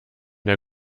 der